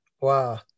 Wow